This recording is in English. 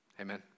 Amen